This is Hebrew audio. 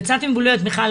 יצאתי מבולבלת מיכל,